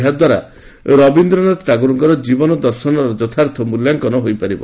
ଏହାଦ୍ୱାରା ରବିନ୍ଦ୍ରନାଥ ଟାଗୋରଙ୍କର ଜୀବନଦର୍ଶନର ଯଥାର୍ଥ ମୂଲ୍ୟାଙ୍କନ ହୋଇପାରିବ